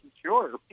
sure